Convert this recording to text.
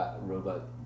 robot